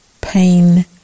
pain